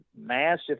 massive